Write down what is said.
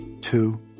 Two